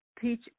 teach